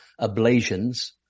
ablations